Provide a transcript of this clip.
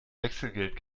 wechselgeld